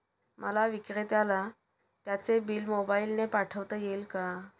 मला विक्रेत्याला त्याचे बिल मोबाईलने पाठवता येईल का?